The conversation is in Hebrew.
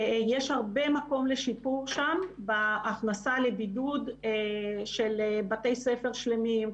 ויש הרבה מקום לשיפור שם בהכנסה לבידוד של בתי ספר שלמים,